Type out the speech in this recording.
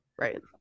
right